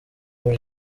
muri